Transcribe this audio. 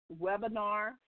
webinar